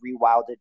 rewilded